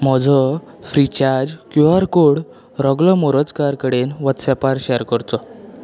म्हजो Freecharge Q R code रगलो मोरजकार कडेन व्हॉट्सॲपार शॅर करचो